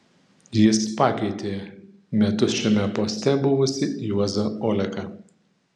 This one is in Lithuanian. jis pakeitė metus šiame poste buvusį juozą oleką